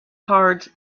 cards